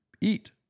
eat